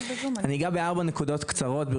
ברשותכם, אני אגע בארבע נקודות קצרות.